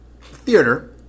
theater